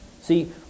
See